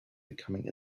becoming